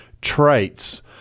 traits